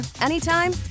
anytime